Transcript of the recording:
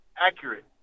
accurate